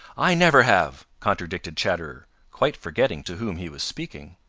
i never have! contradicted chatterer, quite forgetting to whom he was speaking.